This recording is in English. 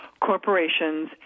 corporations